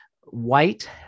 White